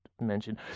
mention